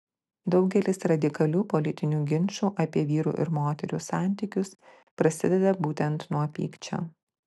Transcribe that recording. daugelis radikalių politinių ginčų apie vyrų ir moterų santykius prasideda būtent nuo pykčio